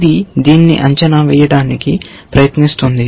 ఇది దీన్ని అంచనా వేయడానికి ప్రయత్నిస్తోంది